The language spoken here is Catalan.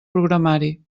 programari